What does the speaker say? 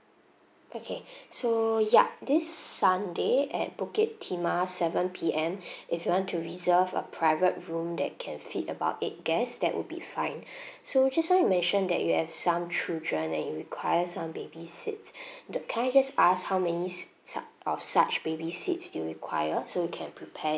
okay so yup this sunday at bukit timah seven P_M if you want to reserve a private room that can fit about eight guests that would be fine so just now you mentioned that you have some children and you requires some baby seat uh can I just ask how many such of such baby seats do you require so we can prepare